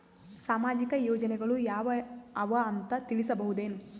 ಸಾಮಾಜಿಕ ಯೋಜನೆಗಳು ಯಾವ ಅವ ಅಂತ ತಿಳಸಬಹುದೇನು?